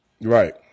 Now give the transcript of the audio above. Right